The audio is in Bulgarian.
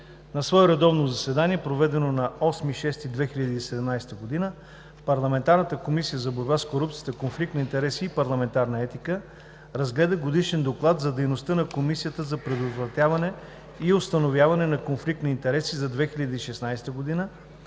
На свое редовно заседание, проведено на 08 юни 2017 г. парламентарната Комисия за борба с корупцията, конфликт на интереси и парламентарна етика разгледа Годишен доклад за дейността на Комисията за предотвратяване и установяване на конфликт на интереси за 2016 год.,